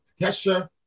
Kesha